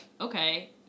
okay